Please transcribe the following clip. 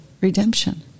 redemption